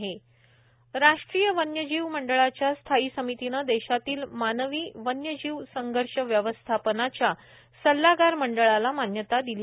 सल्लागार मंडळ राष्ट्रीय वन्यजीव मंडळाच्या स्थायी समितीने देशातील मानवी वन्यजीव संघर्ष व्यवस्थापनाच्या सल्लागार मंडळाला मान्यता दिली